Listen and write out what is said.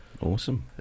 awesome